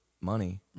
money